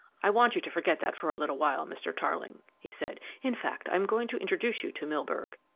i want you to forget that for a little while, mr. tarling, he said. in fact, i am going to introduce you to milburgh,